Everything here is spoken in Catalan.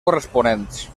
corresponents